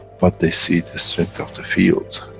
but they see the strength of the fields,